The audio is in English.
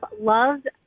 loved